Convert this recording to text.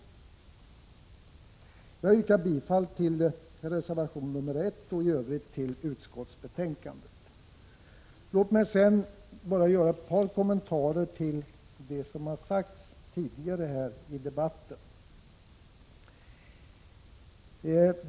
Jag yrkar bifall till reservation 1 och i övrigt till utskottets hemställan. Låt mig sedan bara göra ett par kommentarer till det som har sagts tidigare i debatten.